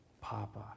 Papa